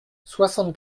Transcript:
soixante